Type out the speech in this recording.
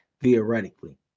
theoretically